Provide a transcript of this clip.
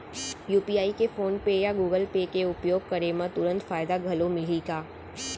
UPI के PhonePe या Google Pay के उपयोग करे म तुरंत फायदा घलो मिलही का?